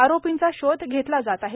आरोपींचा शोध घेतला जात आहे